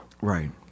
Right